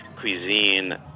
cuisine